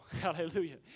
Hallelujah